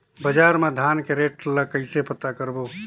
बजार मा धान के रेट ला कइसे पता करबो?